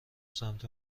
سمت